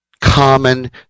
common